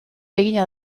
egina